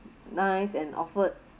nice and offered